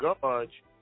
Gorge